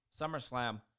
SummerSlam